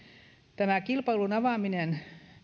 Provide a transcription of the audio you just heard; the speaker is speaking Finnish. tämä kilpailun avaaminen